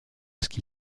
qui